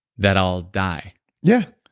that i'll die yeah,